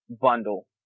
bundle